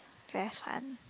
flash hunt